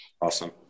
Awesome